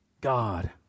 God